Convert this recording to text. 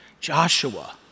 Joshua